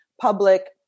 public